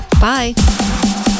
Bye